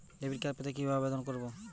Debit card পেতে কিভাবে আবেদন করব?